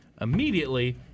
immediately